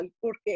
porque